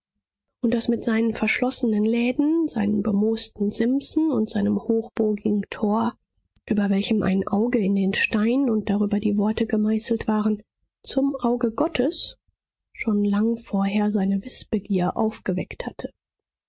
und das mit seinen verschlossenen läden seinen bemosten simsen und seinem hochbogigen tor über welchem ein auge in den stein und darüber die worte gemeißelt waren zum auge gottes schon lang vorher seine wißbegier aufgeweckt hatte